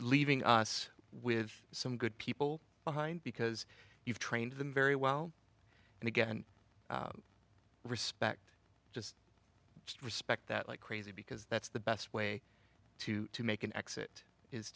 leaving us with some good people behind because you've trained them very well and again respect just respect that like crazy because that's the best way to make an exit is